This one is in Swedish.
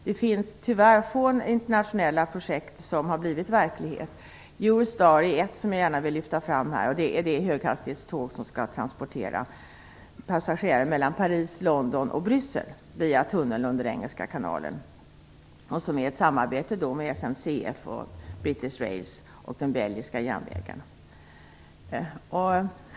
Det är tyvärr få internationella projekt som har blivit verklighet. Jag vill då lyfta fram projektet Eurostar - det höghastighetståg som skall transportera passagerare mellan Paris, London och Bryssel via tunnel under engelska kanalen - som är ett samarbete mellan SNCF, Brittish rails och den belgiska järnvägen.